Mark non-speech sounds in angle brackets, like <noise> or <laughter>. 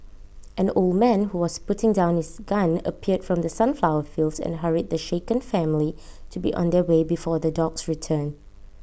<noise> an old man who was putting down his gun appeared from the sunflower fields and hurried the shaken family to be on their way before the dogs return